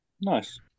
Nice